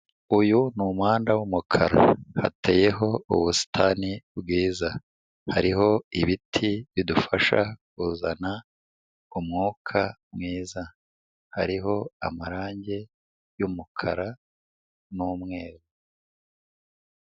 Uyu ni umuhanda w'umukara hateyeho ubusitani bwiza, hariho ibiti bidufasha kuzana umwuka mwiza, hariho amarangi y'umukara n'umweru.